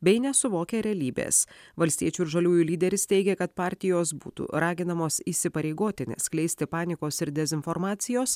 bei nesuvokia realybės valstiečių ir žaliųjų lyderis teigia kad partijos būtų raginamos įsipareigoti neskleisti panikos ir dezinformacijos